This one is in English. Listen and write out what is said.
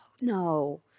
no